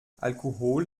alkohol